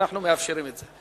ואנחנו מאפשרים את זה.